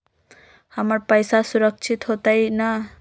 हमर पईसा सुरक्षित होतई न?